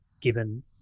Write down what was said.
given